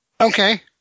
Okay